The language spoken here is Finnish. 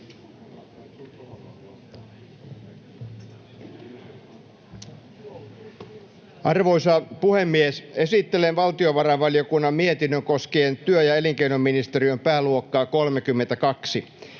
Arvoisa puhemies! Esittelen valtiovarainvaliokunnan mietinnön koskien työ- ja elinkeinoministeriön pääluokkaa 32.